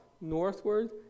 northward